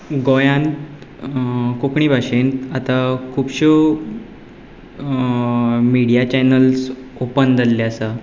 गोंयांत कोंकणी भाशेंत आतां खुबश्यो मिडिया चॅन्लस ओपन जाल्ले आसा